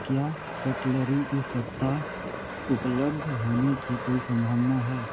क्या कटलरी इस सप्ताह उपलब्ध होने की कोई संभावना है